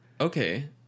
Okay